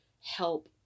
help